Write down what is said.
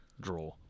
Draw